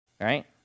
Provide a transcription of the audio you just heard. Right